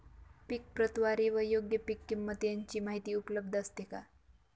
पीक प्रतवारी व योग्य पीक किंमत यांची माहिती उपलब्ध असते का?